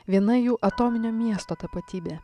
viena jų atominio miesto tapatybė